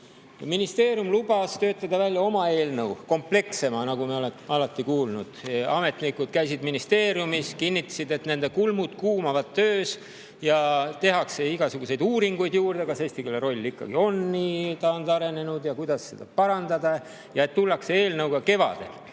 Ministeerium lubas töötada välja oma eelnõu, komplekssema, nagu me oleme alati kuulnud. Ametnikud käisid ministeeriumis ja kinnitasid, et nende kulmud kuumavad töös ja tehakse igasuguseid uuringuid, kas eesti keele roll ikkagi on nii taandarenenud ja kuidas seda parandada, ja eelnõuga tullakse [Riigikokku] kevadel.